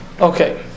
Okay